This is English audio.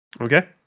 Okay